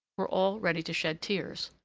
were all ready to shed tears.